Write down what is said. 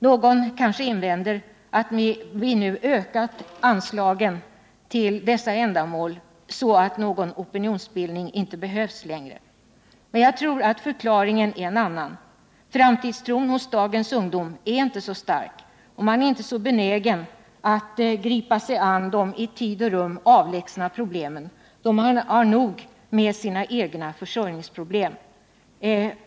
Någon kanske invänder att vi nu ökat anslagen till dessa ändamål, så att någon opinionsbildning inte behövs längre. Men jag tror att förklaringen till de uteblivna demonstrationerna är en annan. Framtidstron hos dagens ungdom är inte så stark, och man är inte så benägen att gripa sig an de i tid och rum avlägsna problemen då man har nog med egna försörjningsproblem.